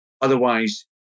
Otherwise